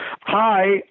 Hi